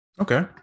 okay